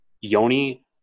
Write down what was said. Yoni